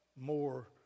more